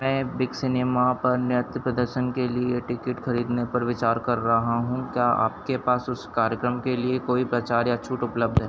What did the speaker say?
मैं Big Cinema पर नृत्य प्रदर्शन के लिए टिकिट खरीदने पर विचार कर रहा हूँ क्या आपके पास उस कार्यक्रम के लिए कोई प्रचार या छूट उपलब्ध है